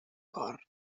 cor